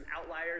outliers